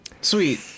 sweet